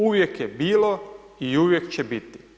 Uvijek je bilo i uvijek će biti.